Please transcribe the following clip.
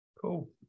Cool